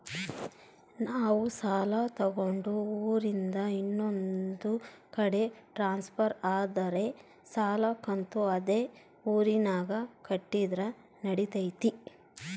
ನಾವು ಸಾಲ ತಗೊಂಡು ಊರಿಂದ ಇನ್ನೊಂದು ಕಡೆ ಟ್ರಾನ್ಸ್ಫರ್ ಆದರೆ ಸಾಲ ಕಂತು ಅದೇ ಊರಿನಾಗ ಕಟ್ಟಿದ್ರ ನಡಿತೈತಿ?